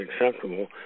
acceptable